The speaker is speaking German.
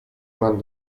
man